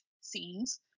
scenes